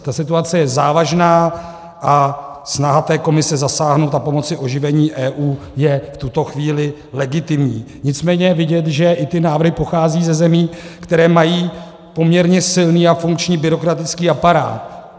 Ta situace je závažná a snaha Komise zasáhnout a pomoci oživení EU je v tuto chvíli legitimní, nicméně je vidět, že i ty návrhy pocházejí ze zemí, které mají poměrně silný a funkční byrokratický aparát.